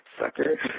Sucker